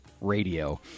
Radio